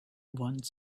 one